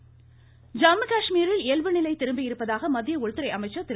அமீத்ஷா ஜம்மு காஷ்மீரில் இயல்புநிலை திரும்பியிருப்பதாக மத்திய உள்துறை அமைச்சர் திரு